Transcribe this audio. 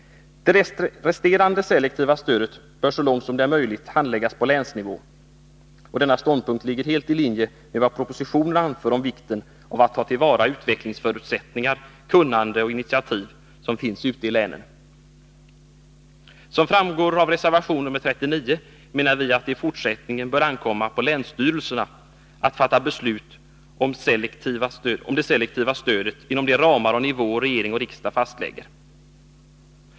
Det resterande selektiva stödet bör så långt det är möjligt handläggas på länsnivå. Denna ståndpunkt ligger helt i linje med vad propositionen anför om vikten av att ta till vara utvecklingsförutsättningar, kunnande och initiativ som finns ute i länen. Som framgår av reservation nr 39 menar vi att det i fortsättningen bör ankomma på länsstyrelsen att fatta beslut om det selektiva stödet inom de ramar och nivåer som regering och riksdag fastlägger.